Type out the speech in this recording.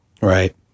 Right